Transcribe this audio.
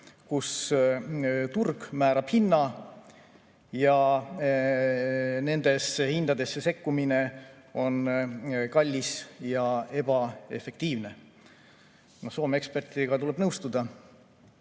kus turg määrab hinna, ja nendesse hindadesse sekkumine on kallis ja ebaefektiivne. Soome ekspertidega tuleb nõustuda.